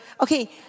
Okay